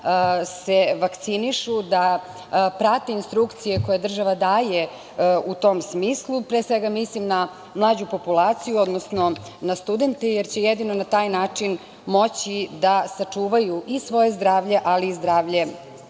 se vakcinišu, da prate instrukcije koje država daje u tom smislu, pre svega mislim na mlađu populaciju odnosno na studente, jer će jedino na taj način moći da sačuvaju i svoje zdravlje ali i zdravlje